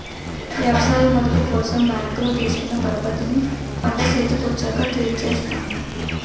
ఎవసాయ మదుపు కోసం బ్యాంకులో తీసుకున్న పరపతిని పంట సేతికొచ్చాక తీర్సేత్తాను